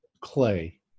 clay